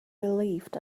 relieved